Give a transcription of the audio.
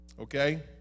Okay